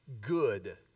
good